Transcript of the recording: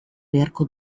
beharko